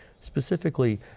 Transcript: Specifically